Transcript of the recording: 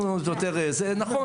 אנחנו יותר מחמירים,